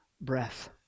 breath